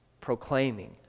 proclaiming